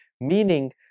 Meaning